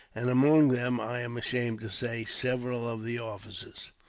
and among them, i am ashamed to say, several of the officers.